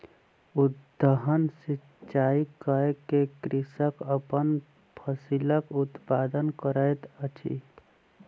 उद्वहन सिचाई कय के कृषक अपन फसिलक उत्पादन करैत अछि